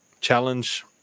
challenge